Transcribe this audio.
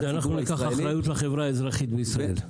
אנחנו ניקח אחריות על החברה האזרחית בישראל.